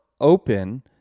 Open